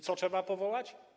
Co trzeba powołać?